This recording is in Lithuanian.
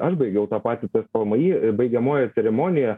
aš baigiau tą patį tspmi baigiamoji ceremonija